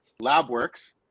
Labworks